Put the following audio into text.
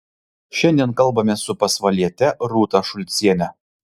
šiandien kalbamės su pasvaliete rūta šulciene